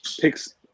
picks